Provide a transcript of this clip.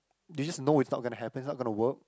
do you just know it's not gonna happen it's not gonna work